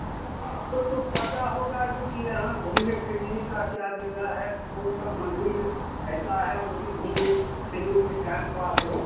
आपको तो पता होगा जो कि यहाँ घूमने फिरने का क्या जगह है कौन सा मंदिर ऐसा है जो कि घूमने फिरने में टाइम पास हो